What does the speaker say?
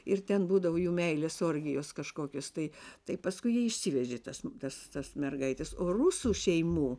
ir ten būdavo jų meilės orgijos kažkokios tai tai paskui jie išsivežė tas tas tas mergaites o rusų šeimų